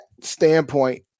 standpoint